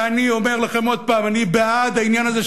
ואני אומר לכם עוד פעם: אני בעד העניין הזה,